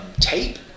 tape